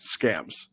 scams